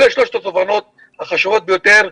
אלה שלושת התובנות החשובות ביותר.